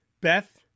beth